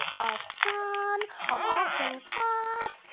of sun, of all things hot.